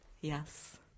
Yes